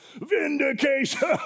vindication